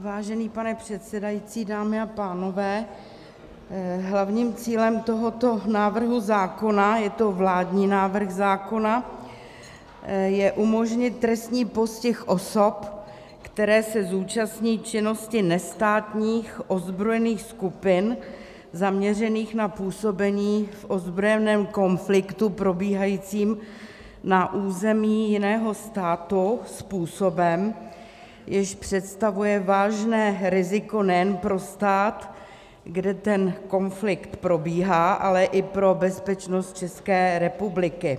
Vážený pane předsedající, dámy a pánové, hlavním cílem tohoto návrhu zákona je to vládní návrh zákona je umožnit trestní postih osob, které se zúčastní činnosti nestátních ozbrojených skupin zaměřených na působení v ozbrojeném konfliktu probíhajícím na území jiného státu způsobem, jenž představuje vážné riziko nejen pro stát, kde ten konflikt probíhá, ale i pro bezpečnost České republiky.